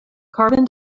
carbon